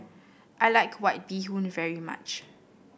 I like White Bee Hoon very much